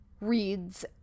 reads